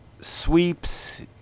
Sweeps